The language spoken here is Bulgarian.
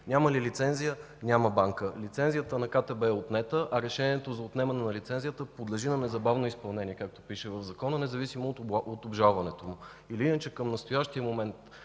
Няма ли лицензия, няма банка. Лицензията на КТБ е отнета, а решението за отнемането на лицензията подлежи на незабавно изпълнение, както пише в Закона, независимо от обжалването му. Към настоящия момент